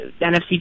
NFC